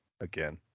again